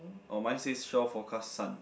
oh mine says shore forecast sun